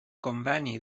conveni